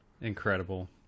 Incredible